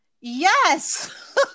yes